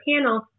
panel